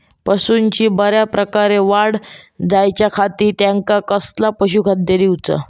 पशूंची बऱ्या प्रकारे वाढ जायच्या खाती त्यांका कसला पशुखाद्य दिऊचा?